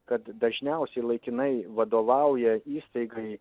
kad dažniausiai laikinai vadovauja įstaigai